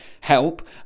help